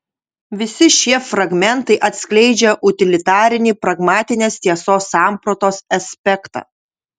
visi šie fragmentai atskleidžia utilitarinį pragmatinės tiesos sampratos aspektą